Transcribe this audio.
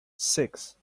six